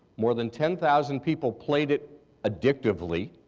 more than ten thousand people played it addictively.